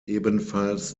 ebenfalls